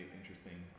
interesting